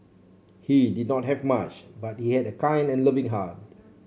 he did not have much but he had a kind and loving heart